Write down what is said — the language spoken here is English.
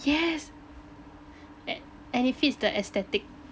yes an~ and it fits the aesthetic